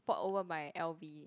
bought over by L_V